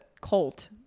cult